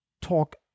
talk